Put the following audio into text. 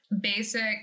basic